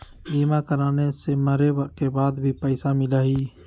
बीमा कराने से मरे के बाद भी पईसा मिलहई?